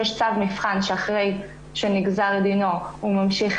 יש צו מבחן שאחרי שנגזר דינו הוא ממשיך